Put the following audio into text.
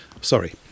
Sorry